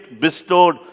bestowed